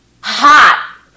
hot